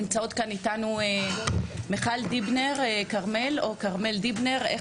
נמצאות כאן איתנו מיכל דיבנר כרמל, היא